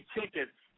tickets